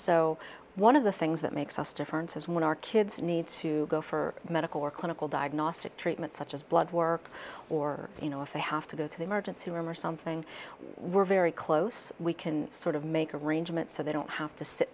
so one of the things that makes us difference is when our kids need to go for medical or clinical diagnostic treatments such as blood work or you know if they have to go to the emergency room or something we're very close we can sort of make arrangements so they don't have to sit